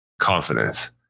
confidence